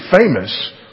famous